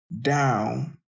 down